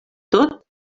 tot